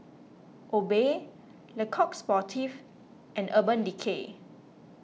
Obey Le Coq Sportif and Urban Decay